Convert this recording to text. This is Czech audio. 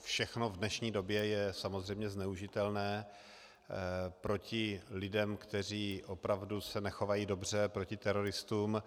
Všechno v dnešní době je samozřejmě zneužitelné proti lidem, kteří opravdu se nechovají dobře, proti teroristům.